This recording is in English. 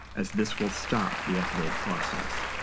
as this will stop the upload process.